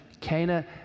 Cana